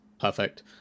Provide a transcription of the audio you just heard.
perfect